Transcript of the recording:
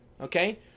okay